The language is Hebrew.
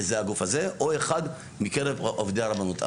או אחד מקרב עובדי הרבנות.